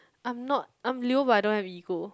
I'm not I'm Leo but I don't have ego